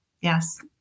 yes